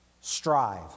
Strive